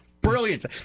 Brilliant